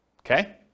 Okay